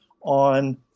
on